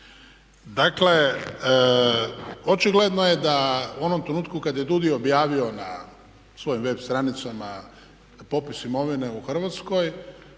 Dakle, očigledno je da u onom trenutku kad je DUUDI objavio na svojoj web stranicama popis imovine u Hrvatskoj,